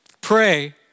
Pray